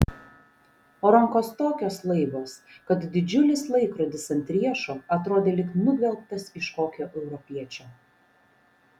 o rankos tokios laibos kad didžiulis laikrodis ant riešo atrodė lyg nugvelbtas iš kokio europiečio